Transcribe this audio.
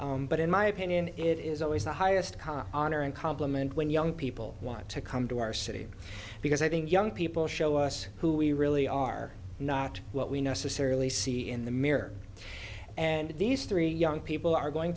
but in my opinion it is always the highest honor and compliment when young people want to come to our city because i think young people show us who we really are not what we necessarily see in the mirror and these three young people are going